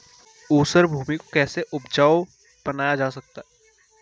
ऊसर भूमि को कैसे उपजाऊ बनाया जा सकता है?